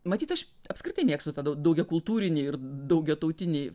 matyt aš apskritai mėgstu tada daugiakultūrinį ir daugiatautinį